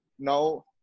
Now